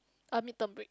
a mid term break